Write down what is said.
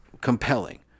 compelling